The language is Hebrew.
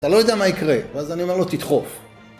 אתה לא יודע מה יקרה, ואז אני אומר לו, תדחוף.